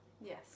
yes